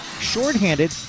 shorthanded